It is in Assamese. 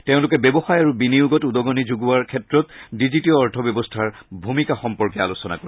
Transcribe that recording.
তেওঁলোকে ব্যৱসায় আৰু বিনিয়োগত উদগনি যোগোৱাৰ ক্ষেত্ৰত ডিজিটীয় অৰ্থব্যৱস্থাৰ ভূমিকা সম্পৰ্কে আলোচনা কৰিব